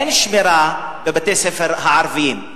אין שמירה בבתי-הספר הערביים.